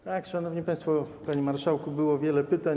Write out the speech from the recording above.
Tak, szanowni państwo, panie marszałku, było wiele pytań.